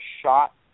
shot